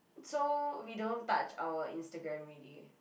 so we don't touch our Instagram ready